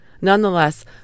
Nonetheless